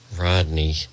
Rodney